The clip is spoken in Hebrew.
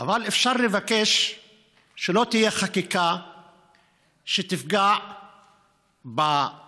אבל אפשר לבקש שלא תהיה חקיקה שתפגע בציבור